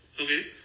Okay